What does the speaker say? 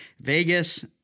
Vegas